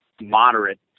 moderate